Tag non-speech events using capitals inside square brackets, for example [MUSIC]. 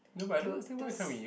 to to [NOISE]